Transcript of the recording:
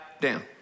down